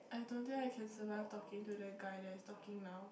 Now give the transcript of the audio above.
I don't think I can survive talking to that guy that's talking now